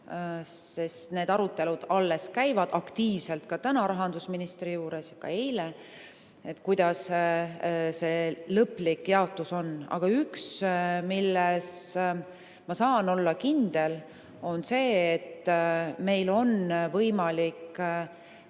sest need arutelud käivad aktiivselt ka täna rahandusministri juures, need olid ka eile, et kuidas see lõplik jaotus on. Aga üks, milles ma saan olla kindel, on see, et meil on võimalik